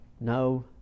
no